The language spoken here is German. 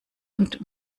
und